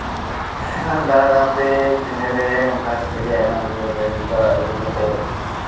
ᱟᱨ ᱫᱟᱬᱟ ᱫᱟᱬᱟᱛᱮ ᱯᱤᱱᱰᱟᱹᱨᱮ ᱚᱱᱠᱟ ᱠᱟᱛᱮᱜ ᱜᱮ ᱟᱭᱢᱟ ᱜᱩᱰᱩᱞᱮ ᱜᱚᱡ ᱟᱹᱜᱩ ᱠᱚᱣᱟ ᱟᱹᱜᱩ ᱠᱟᱛᱮᱜ